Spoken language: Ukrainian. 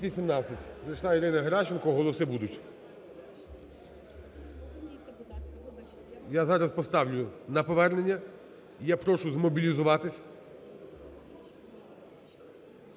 Я зараз поставлю на повернення. Я прошу змобілізуватися.